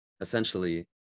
essentially